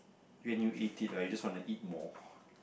when you eat it right you just wanna eat more